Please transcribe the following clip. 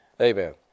Amen